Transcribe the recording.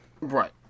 Right